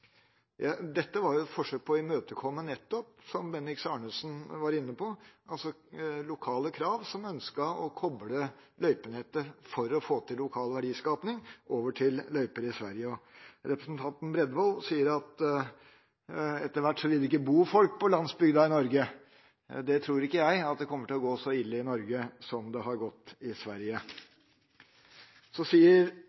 Dette var et forsøk på å imøtekomme nettopp, som Bendiks Arnesen var inne på, lokale krav og ønsker om å koble løypenettet for å få til lokal verdiskaping til løyper i Sverige. Representanten Bredvold sier at etter hvert vil det ikke bo folk på landsbygda i Norge. Jeg tror ikke at det kommer til å gå så ille i Norge som det har gjort i Sverige.